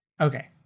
Okay